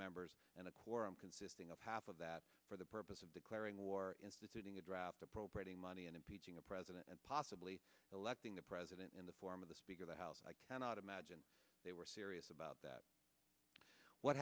members and a quorum consisting of half of that for the purpose of declaring war instituting a draft appropriating money and impeaching a president and possibly electing the president in the form of the speaker of the house i cannot imagine they were serious about that what